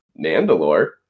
Mandalore